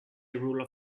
rule